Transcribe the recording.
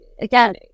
again